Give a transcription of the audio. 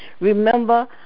Remember